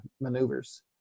maneuvers